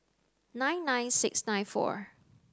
nine nine six nine four